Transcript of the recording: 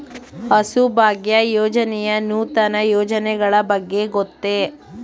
ಹಸುಭಾಗ್ಯ ಯೋಜನೆಯ ನೂತನ ಯೋಜನೆಗಳ ಬಗ್ಗೆ ಗೊತ್ತೇ?